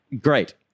Great